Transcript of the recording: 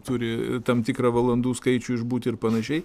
turi tam tikrą valandų skaičių išbūti ir panašiai